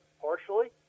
partially